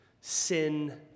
sin